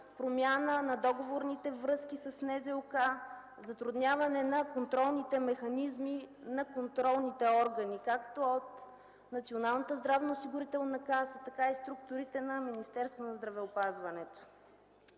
промяна на договорните връзки с НЗОК, затрудняване на контролните механизми на контролните органи както от Националната здравноосигурителна